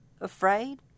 Afraid